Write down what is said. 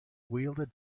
wielded